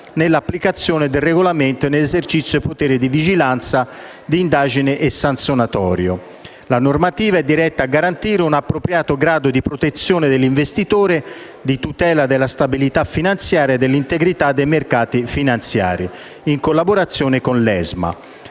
nell'applicazione del regolamento e nell'esercizio del potere di vigilanza, di indagine e sanzionatorio. La normativa è diretta a garantire un appropriato grado di protezione dell'investitore, di tutela della stabilità finanziaria, dell'integrità dei mercati finanziari, in collaborazione con l'ESMA.